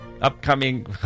upcoming